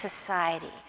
society